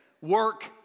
Work